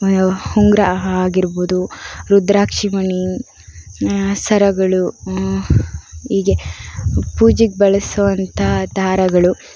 ಉಂಗುರ ಆಗಿರ್ಬೋದು ರುದ್ರಾಕ್ಷಿ ಮಣಿ ಸರಗಳು ಹೀಗೆ ಪೂಜೆಗೆ ಬಳಸುವಂತಹ ದಾರಗಳು